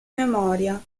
memoria